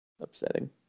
Upsetting